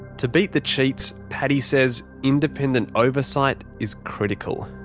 to beat the cheats, paddy says independent oversight is critical.